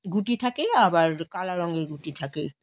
গুটি থাকে আবার কালো রঙের গুটি থাকে